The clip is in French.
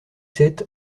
sept